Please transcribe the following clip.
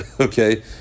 okay